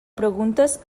preguntes